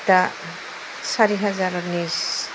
दा सारि हाजारनि